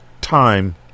time